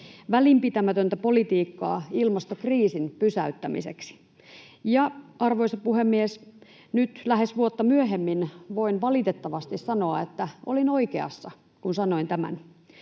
välinpitämätöntä politiikkaa ilmastokriisin pysäyttämiseksi. Ja, arvoisa puhemies, nyt lähes vuotta myöhemmin voin valitettavasti sanoa, että olin oikeassa, kun sanoin tämän.